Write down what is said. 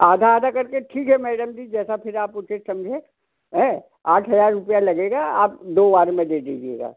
आधा आधा करके ठीक है मैडम जी जैसा फिर आप उचित समझें हैं आठ हज़ार रूपये लगेगा आप दो बार में दे दीजिएगा